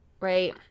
right